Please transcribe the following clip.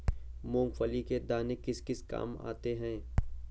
मूंगफली के दाने किस किस काम आते हैं?